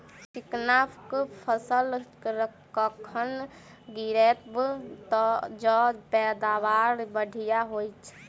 चिकना कऽ फसल कखन गिरैब जँ पैदावार बढ़िया होइत?